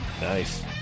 Nice